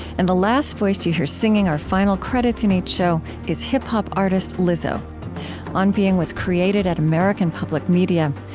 and the last voice that you hear singing our final credits in each show is hip-hop artist lizzo on being was created at american public media.